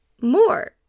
more